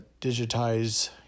digitize